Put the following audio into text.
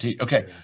Okay